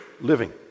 living